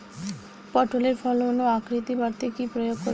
পটলের ফলন ও আকৃতি বাড়াতে কি প্রয়োগ করব?